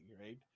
Right